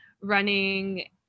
running